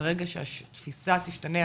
ברגע שהתפיסה תשתנה,